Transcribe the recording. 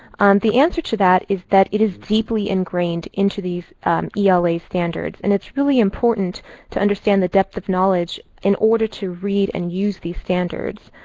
the answer to that is that it is deeply ingrained into these ela standards. and it's really important to understand the depth of knowledge in order to read and use these standards.